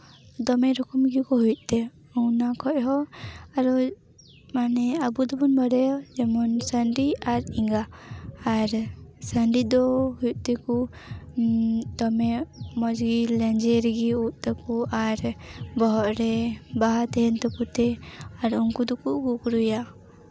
ᱫᱚᱢᱮ ᱨᱚᱠᱚᱢ ᱜᱮᱠᱚ ᱦᱩᱭᱩᱜ ᱛᱮ ᱚᱱᱟ ᱠᱷᱚᱱ ᱦᱚᱸ ᱢᱟᱱᱮ ᱟᱵᱚ ᱫᱚᱵᱚᱱ ᱵᱟᱲᱟᱭᱟ ᱡᱮᱢᱚᱱ ᱥᱟᱺᱰᱤ ᱟᱨ ᱮᱸᱜᱟ ᱟᱨ ᱥᱟᱺᱰᱤ ᱫᱚ ᱦᱩᱭᱩᱜ ᱛᱮᱠᱚ ᱫᱚᱢᱮ ᱢᱚᱡᱽ ᱜᱮ ᱞᱮᱧᱡᱮᱨ ᱜᱮ ᱩᱵᱽ ᱛᱟᱠᱚ ᱟᱨ ᱵᱚᱦᱚᱜ ᱨᱮ ᱵᱟᱦᱟ ᱛᱟᱦᱮᱱ ᱛᱟᱠᱚ ᱛᱮ ᱟᱨ ᱩᱱᱠᱩ ᱫᱚᱠᱚ ᱠᱩᱠᱲᱩᱭᱟ